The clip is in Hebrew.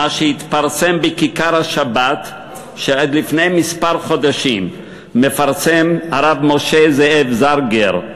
מה שהתפרסם ב"כיכר השבת"; רק לפני כמה חודשים מפרסם הרב משה זאב זארגער,